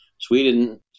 Sweden